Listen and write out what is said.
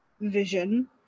vision